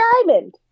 diamond